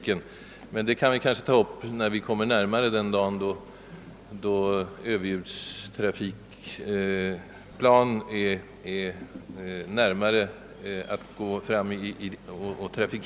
Men dessa frågor får vi kanske ta upp när vi kommer något närmare den dag, då överljudstrafikplanen kan komma i trafik.